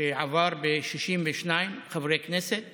שעבר עם 62 חברי כנסת